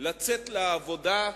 לצאת לעבודה,